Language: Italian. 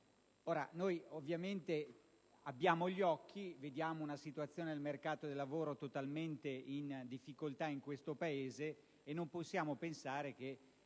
Noi abbiamo gli occhi e vediamo una situazione del mercato del lavoro totalmente in difficoltà in questo Paese. Non possiamo quindi pensare che